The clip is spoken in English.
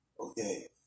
okay